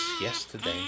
yesterday